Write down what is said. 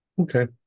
okay